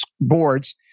boards